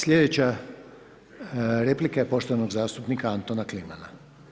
Slijedeća replika je poštovanog zastupnika Antona Klimana.